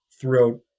throughout